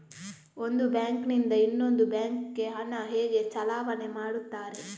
ಒಂದು ಬ್ಯಾಂಕ್ ನಿಂದ ಇನ್ನೊಂದು ಬ್ಯಾಂಕ್ ಗೆ ಹಣ ಹೇಗೆ ಚಲಾವಣೆ ಮಾಡುತ್ತಾರೆ?